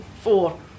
Four